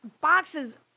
Boxes